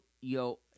yo